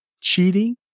cheating